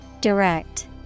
Direct